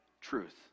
truth